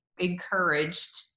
encouraged